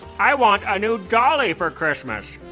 i want a new dolly for christmas